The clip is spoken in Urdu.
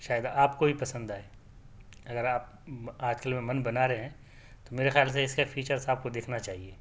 شاید آپ کو بھی پسند آئے اگر آپ آج کل میں من بنا رہے ہیں تو میرے خیال سے اس کا فیچرس آپ کو دیکھنا چاہیے